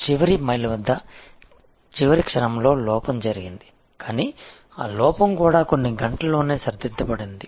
చివరి మైలు వద్ద చివరి క్షణంలో లోపం జరిగింది కానీ ఆ లోపం కూడా కొన్ని గంటల్లోనే సరిదిద్దబడింది